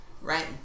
right